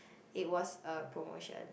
it was a promotion